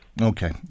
Okay